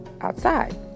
outside